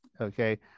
okay